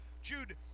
Jude